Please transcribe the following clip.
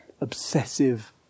obsessive